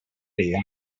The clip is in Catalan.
vida